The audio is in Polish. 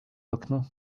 okno